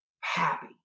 happy